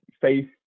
faith